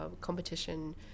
competition